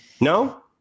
no